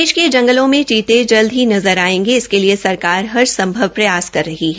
देश के जंगलों में चीते जल्द ही नज़र आयेंगे इसके लिए सरकार हर संभव प्रयास कर रही है